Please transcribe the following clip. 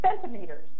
centimeters